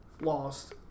lost